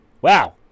wow